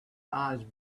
eyes